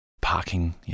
parking